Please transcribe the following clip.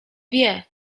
wie